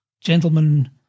gentlemen